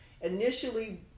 initially